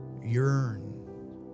Yearn